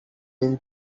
been